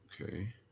Okay